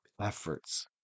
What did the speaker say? efforts